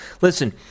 Listen